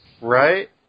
Right